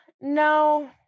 no